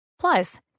Plus